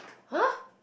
!huh!